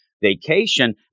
vacation